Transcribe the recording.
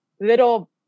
little